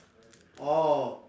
orh